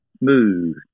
move